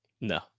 No